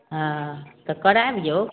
हँ तऽ कराबिऔ